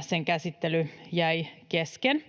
sen käsittely jäi kesken,